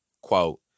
Quote